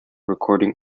recording